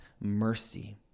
mercy